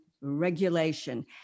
Regulation